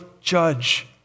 judge